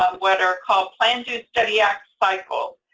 what are called plan-do-study-act cycles.